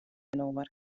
inoar